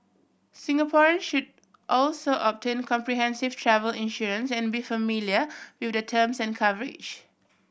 Singaporean should also obtain comprehensive travel insurance and be familiar with the terms and coverage